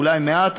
אולי מעט,